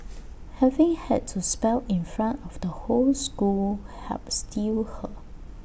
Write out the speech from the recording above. having had to spell in front of the whole school helped steel her